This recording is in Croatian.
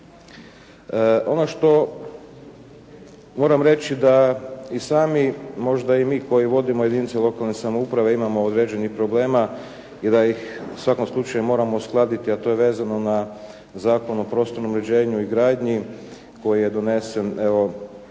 Ono što moram reći da i sami možda i mi koji vodimo jedinice lokalne samouprave imamo određenih problema i da ih u svakom slučaju moramo uskladiti a to je vezano na Zakon o prostornom uređenju i gradnji koji je donesen evo